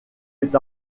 est